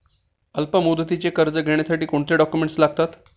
अल्पमुदतीचे कर्ज घेण्यासाठी कोणते डॉक्युमेंट्स लागतात?